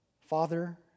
Father